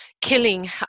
killing